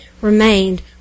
remained